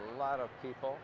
a lot of people